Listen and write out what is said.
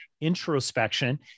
introspection